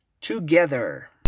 together